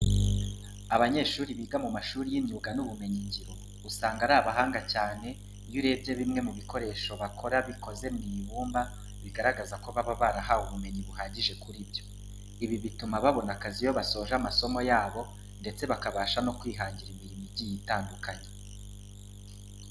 Abanyeshuri biga mu mashuri y'imyuga n'ubumenyingiro usanga ari abahanga cyane, iyo urebye bimwe mu bikoresho bakora bikoze mu ibumba bigaragaza ko baba barahawe ubumenyi buhagije kuri byo. Ibi bituma babona akazi iyo basoje amasomo yabo ndetse bakabasha no kwihangira imirimo igiye itandukanye.